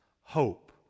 Hope